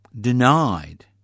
denied